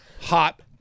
hot